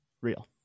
Real